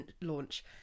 launch